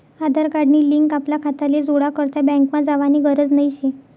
आधार card नी link आपला खाताले जोडा करता बँकमा जावानी गरज नही शे